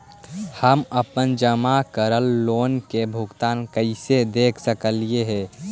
हम अपन जमा करल लोन के भुगतान कैसे देख सकली हे?